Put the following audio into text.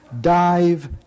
dive